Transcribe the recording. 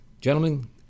gentlemen